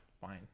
Fine